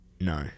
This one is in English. No